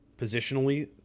positionally